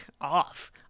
off